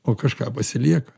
o kažką pasilieka